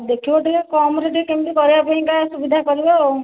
ଦେଖିବ ଟିକେ କମ ରେ ଟିକେ କେମତି କରିବା ପାଇଁ ସୁବିଧା କରିବ ଆଉ